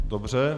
Dobře.